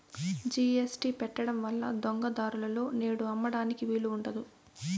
GST పెట్టడం వల్ల దొంగ దారులలో నేడు అమ్మడానికి వీలు ఉండదు